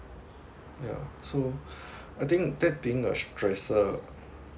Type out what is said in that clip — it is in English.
yeah so I think that being a stressor